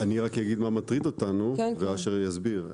אחדד מה מטריד אותנו ואשר יסביר.